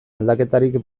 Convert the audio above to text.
aldaketarik